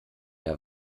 der